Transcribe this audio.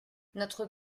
notre